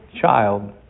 child